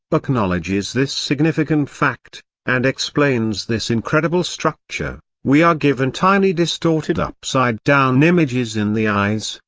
acknowledges this significant fact, and explains this incredible structure we are given tiny distorted upside-down images in the eyes,